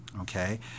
okay